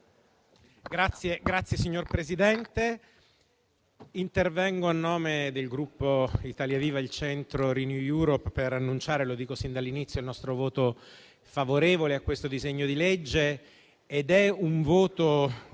Signor Presidente, intervengo a nome del Gruppo Italia Viva - Il Centro - RenewEurope per annunciare - lo dico sin dall'inizio - il nostro voto favorevole a questo disegno di legge. Il nostro